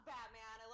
Batman